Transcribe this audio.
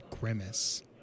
grimace